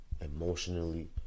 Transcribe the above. emotionally